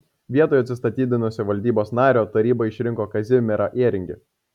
vietoj atsistatydinusio valdybos nario taryba išrinko kazimierą ėringį